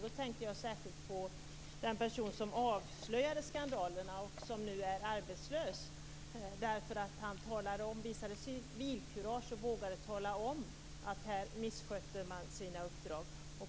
Då tänker jag särskilt på den person som avslöjade skandalerna och som nu är arbetslös därför att han visade civilkurage och vågade tala om att man här misskötte sina uppdrag.